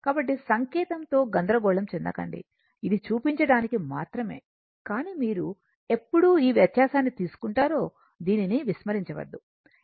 కాబట్టి సంకేతంతో గందరగోళం చెందకండి ఇది చూపించడానికి మాత్రమే కానీ మీరు ఎప్పుడు ఈ వ్యత్యాసాన్ని తీసుకుంటారో దీనిని విస్మరించవద్దు